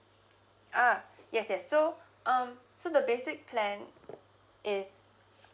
uh yes yes so um so the basic plan is